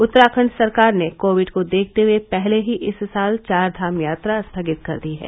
उत्तराखंड सरकार ने कोविड को देखते हुए पहले ही इस साल चार धाम यात्रा स्थगित कर दी है